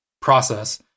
process